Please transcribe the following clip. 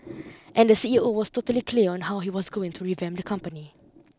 and the C E O was totally clear on how he was going to revamp the company